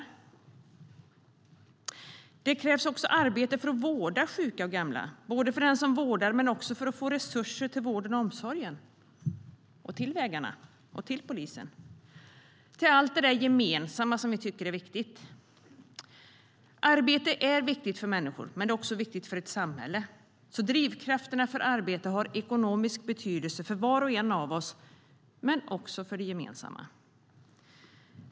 Arbete är viktigt för människor, men det är också viktigt för ett samhälle. Drivkrafterna för arbete har ekonomisk betydelse för var och en av oss men också för det gemensamma.